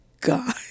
god